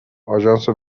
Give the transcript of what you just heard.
آژانس